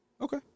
Okay